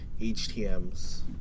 HTM's